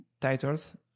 titles